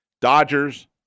Dodgers